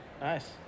Nice